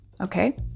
okay